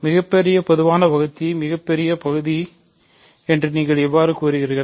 மிகப் பெரிய பொதுவான வகுத்தி மிகப் பெரிய பகுதி என்று நீங்கள் எவ்வாறு கூறுகிறீர்கள்